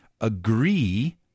agree